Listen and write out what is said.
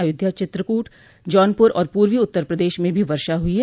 अयोध्या चित्रकूट जौनपुर और पूर्वी उत्तर प्रदेश में भी वर्षा हुई है